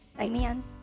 Amen